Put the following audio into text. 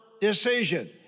decision